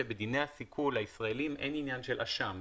שבדיני הסיכול הישראליים אין עניין של אשם.